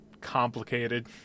complicated